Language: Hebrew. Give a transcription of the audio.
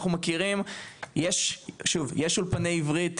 יש אולפני עברית,